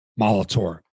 Molitor